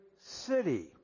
city